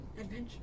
Adventure